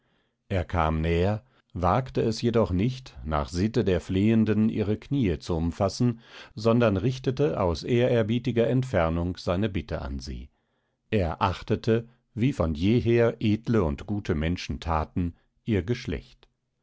er kam näher wagte es jedoch nicht nach sitte der flehenden ihre kniee zu umfassen sondern richtete aus ehrerbietiger entfernung seine bitte an sie er achtete wie von jeher edle und gute menschen thaten ihr geschlecht